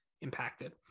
impacted